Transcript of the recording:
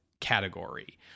category